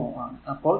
1 മോ ആണ്